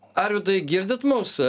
arvydai girdit mums